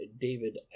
David